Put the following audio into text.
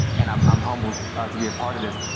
and i'm um humbled to be a part of this.